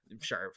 Sure